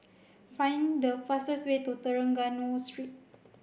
find the fastest way to Trengganu Street